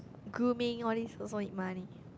grooming all these also need money